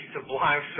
sublime